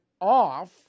off